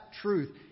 truth